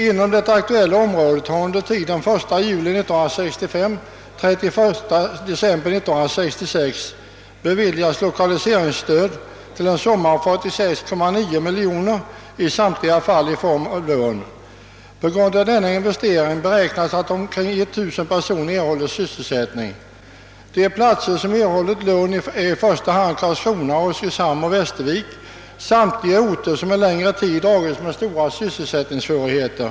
Inom det aktuella området har under tiden 1 juli 1965—31 december 1966 beviljats lokaliseringsstöd till ett belopp av 46,9 miljoner kronor, i samtliga fall i form av lån. Tack vare denna investe ring har, beräknas det, omkring 1 000 personer erhållit sysselsättning. De platser som fått sådana lån är i första hand Karlskrona, Oskarshamn och Västervik, vilka samtliga en längre tid dragits med stora sysselsättningssvårigheter.